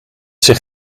zich